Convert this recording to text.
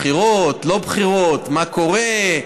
בחירות, לא בחירות, מה קורה?